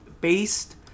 based